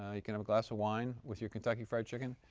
ah you can have a glass of wine with your kentucky fried chicken.